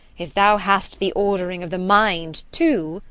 if thou hast the ordering of the mind too,